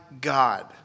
God